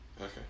Okay